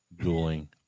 dueling